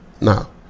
now